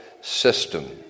system